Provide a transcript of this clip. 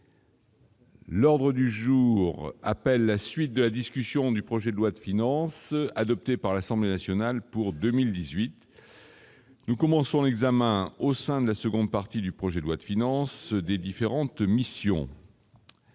L'ordre du jour appelle la suite de la discussion du projet de loi de finances adoptées par l'Assemblée nationale pour 2018. Nous commençons l'examen au sein de la seconde partie du projet de loi de finances des différentes missions.